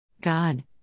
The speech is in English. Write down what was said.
God